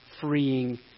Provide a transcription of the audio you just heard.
freeing